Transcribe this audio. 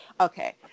Okay